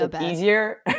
easier